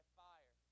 fire